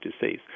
disease